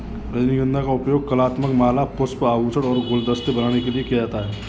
रजनीगंधा का उपयोग कलात्मक माला, पुष्प, आभूषण और गुलदस्ते बनाने के लिए किया जाता है